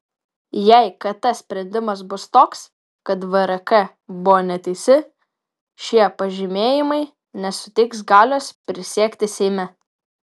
jei kt sprendimas bus toks kad vrk buvo neteisi šie pažymėjimai nesuteiks galios prisiekti seime